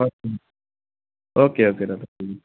হয় okay okay দাদা ঠিক আছে